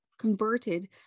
converted